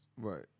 Right